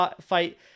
fight